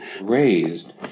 raised